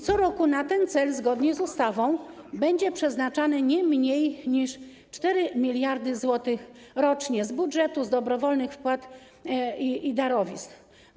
Co roku na ten cel, zgodnie z ustawą, będzie przeznaczane nie mniej niż 4 mld zł rocznie z budżetu, z dobrowolnych wpłat i darowizn.